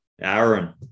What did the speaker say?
Aaron